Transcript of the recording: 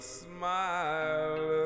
smile